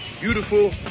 beautiful